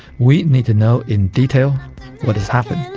we need to know in detail what has happened.